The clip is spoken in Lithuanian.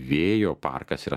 vėjo parkas yra